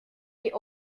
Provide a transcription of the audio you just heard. die